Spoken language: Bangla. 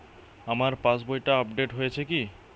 আমার পাশবইটা আপডেট হয়েছে কি?